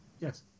Yes